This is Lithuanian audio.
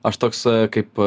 aš toks kaip